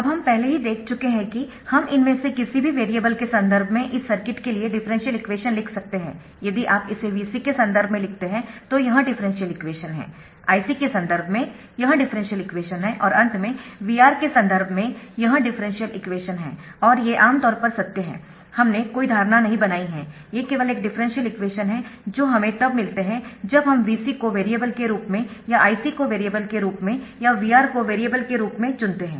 अब हम पहले ही देख चुके है कि हम इनमें से किसी भी वेरिएबल के संदर्भ में इस सर्किट के लिए डिफरेंशियल इक्वेशन लिख सकते है यदि आप इसे Vc के संदर्भ में लिखते है तो यह डिफरेंशियल इक्वेशन है Ic के संदर्भ में यह डिफरेंशियल इक्वेशन है और अंत में VR के संदर्भ में यह डिफरेंशियल इक्वेशन है और ये आम तौर पर सत्य है हमने कोई धारणा नहीं बनाई है ये केवल एक डिफरेंशियल इक्वेशन है जो हमें तब मिलते है जब हम Vc को वेरिएबल के रूप में या Ic को वेरिएबल के रूप में या VR को वेरिएबल के रूप में चुनते है